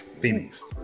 Phoenix